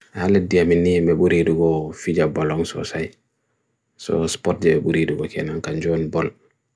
halidi amini me buri hirugo fidja balong suwa say so sport jye buri hirugo kye nan kanjwun bal